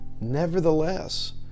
Nevertheless